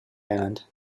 island